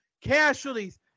Casualties